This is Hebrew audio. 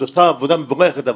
את עושה עבודה מבורכת,